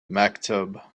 maktub